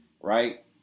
Right